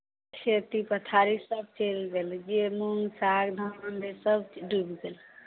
खेती पथारी सभ चलि गेलै जे नोन साग धान रहै सभ डूबि गेलै